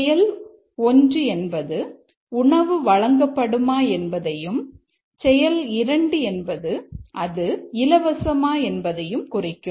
செயல் 1 என்பது உணவு வழங்கப்படுமா என்பதையும் செயல் 2 என்பது அது இலவசமா என்பதையும் குறிக்கும்